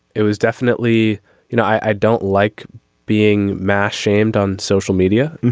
it was definitely you know i don't like being mass shamed on social media.